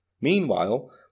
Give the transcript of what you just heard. Meanwhile